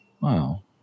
wow